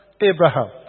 Abraham